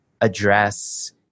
address